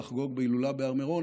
לחגוג בהילולה בהר מירון,